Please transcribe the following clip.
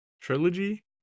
Trilogy